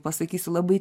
pasakysiu labai